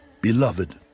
Beloved